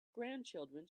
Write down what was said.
grandchildren